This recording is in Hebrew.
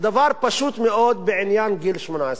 דבר פשוט מאוד בעניין גיל 18,